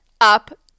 up